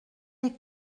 des